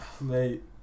mate